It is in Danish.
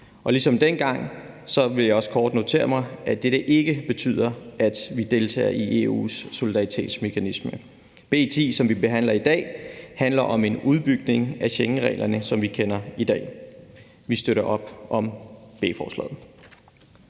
Ligesom dengang vil jeg også kort notere mig, at dette ikke betyder, at vi deltager i EU's solidaritetsmekanisme. B 10, som vi behandler i dag, handler om en udbygning af Schengenreglerne, som vi kender i dag. Vi støtter op om beslutningsforslaget.